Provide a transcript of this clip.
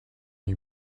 you